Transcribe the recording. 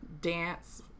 dance